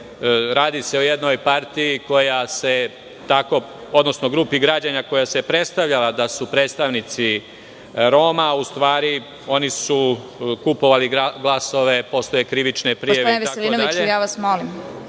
Radi se o jednoj partiji, odnosno grupi građana koja se predstavljala kao predstavnici Roma, a u stvari oni su kupovali glasove, postoje krivične prijave…(Predsedavajuća: